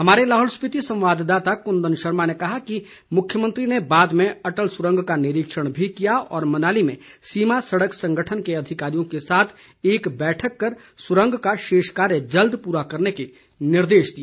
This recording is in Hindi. हमारे लाहौल स्पीति संवाददाता कुंदन शर्मा ने बताया कि मुख्यमंत्री ने बाद में अटल सुरंग का निरीक्षण भी किया और मनाली में सीमा सड़क संगठन के अधिकारियों के साथ एक बैठक कर सुरंग का शेष कार्य जल्द पूरा करने के निर्देश दिए